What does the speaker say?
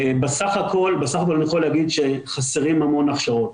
בסך הכל אני יכול להגיד שחסרות המון הכשרות.